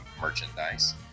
merchandise